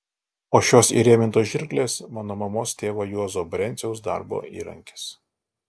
o šios įrėmintos žirklės mano mamos tėvo juozo brenciaus darbo įrankis